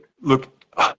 look